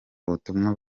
ubutumwa